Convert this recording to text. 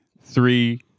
Three